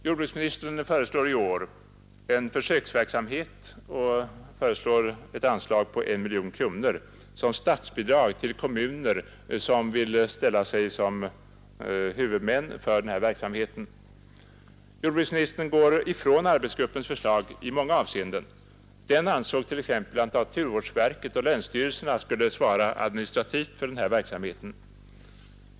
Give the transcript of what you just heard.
Jordbruksministern föreslår i år en försöksverksamhet och begär ett anslag på 1 miljon kronor som statsbidrag till kommuner som vill ställa sig som huvudmän för den här verksamheten. Jordbruksministern går ifrån arbetsgruppens förslag i många avseenden. Den ansåg t.ex. att naturvårdsverket och länsstyrelserna skulle svara administrativt för den här verksamheten.